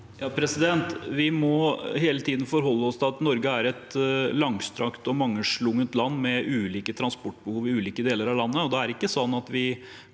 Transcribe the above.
Vi må hele ti- den forholde oss til at Norge er et langstrakt og mangslungent land med ulike transportbehov i ulike deler av landet. Da er det ikke sånn at vi